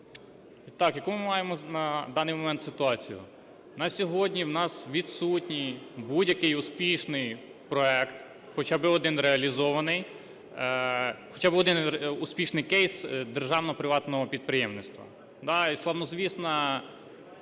Відтак, яку ми маємо на даний момент ситуацію? На сьогодні у нас відсутній будь-який успішний проект, хоча би один реалізований, хоча б один успішний кейс державно-приватного підприємництва.